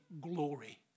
glory